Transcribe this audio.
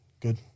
good